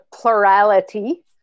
plurality